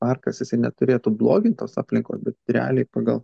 parkas neturėtų blogint tos aplinkos realiai pagal